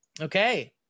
Okay